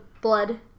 blood